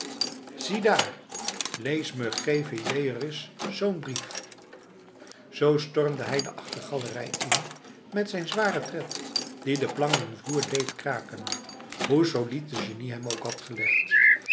ziedaar lees me gévédé reis zo'n brief zo stormde hij de achtergalerij in met zijn zware tred die de planken vloer deed kraken hoe solied de genie hem ook had gelegd